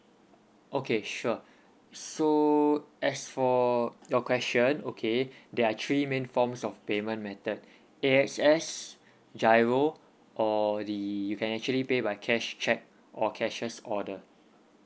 okay sure so as for your question okay there are three main forms of payment method A_X_S GIRO or the you can actually pay by cash cheque or cashier's order